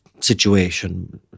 situation